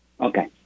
Okay